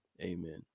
amen